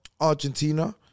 Argentina